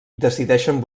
decideixen